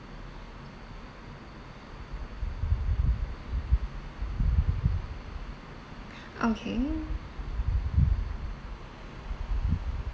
okay